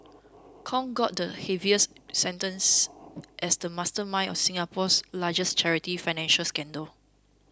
Kong got the heaviest sentence as the mastermind of Singapore's largest charity financial scandal